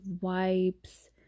wipes